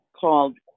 called